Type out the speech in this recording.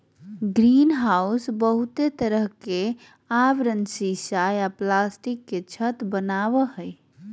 greenhouse बहुते तरह के आवरण सीसा या प्लास्टिक के छत वनावई हई